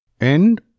End